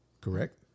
correct